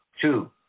Two